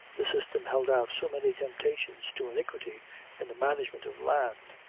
the system held out so many temptations to iniquity in the management of land,